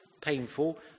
painful